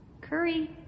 Curry